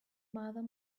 mother